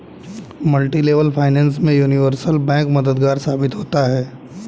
multilevel finance में universal bank मददगार साबित होता है